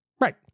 Right